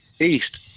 east